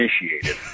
initiated